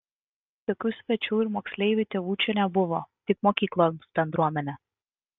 jokių svečių ir moksleivių tėvų čia nebuvo tik mokyklos bendruomenė